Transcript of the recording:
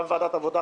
גם בוועדת עבודה,